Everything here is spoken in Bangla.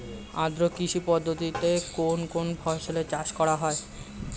আদ্র কৃষি পদ্ধতিতে কোন কোন ফসলের চাষ করা হয়?